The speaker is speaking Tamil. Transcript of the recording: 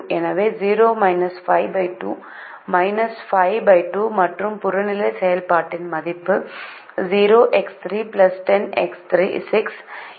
எனவே 0 5 2 52 மற்றும் புறநிலை செயல்பாட்டின் மதிப்பு இது 60 ஆகும்